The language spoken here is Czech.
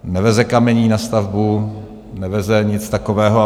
Neveze kamení na stavbu, neveze nic takového.